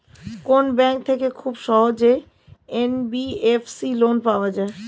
কোন ব্যাংক থেকে খুব সহজেই এন.বি.এফ.সি লোন পাওয়া যায়?